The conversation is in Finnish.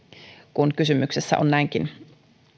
kun kysymyksessä on näinkin